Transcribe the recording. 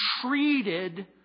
treated